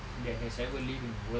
that has ever lived in the world